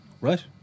Right